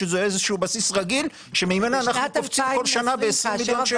בסיס רגיל שממנו אנחנו קופצים כל שנה ב-20 מיליון שקלים?